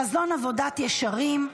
חזון עבודת ישרים,